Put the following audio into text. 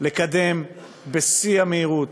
לקדם בשיא המהירות